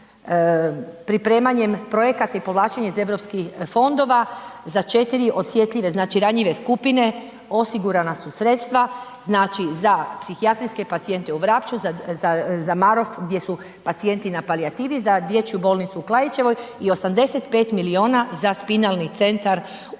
pripremanjem projekata i povlačenje iz europskih fondova, za 4 osjetljive, znači ranjive skupine, osigurana su sredstva, znači za psihijatrijske pacijente u Vrapču, za Marof gdje su pacijenti na palijativi, za Dječju bolnicu u Klaićevoj i 85 milijuna za Spinalni centar u